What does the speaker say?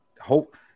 hope